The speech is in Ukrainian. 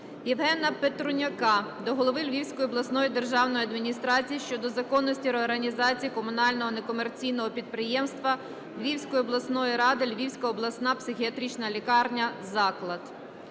Євгена Петруняка до голови Львівської обласної державної адміністрації щодо законності реорганізації комунального некомерційного підприємства Львівської обласної ради "Львівська обласна психіатрична лікарня "Заклад".